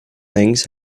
things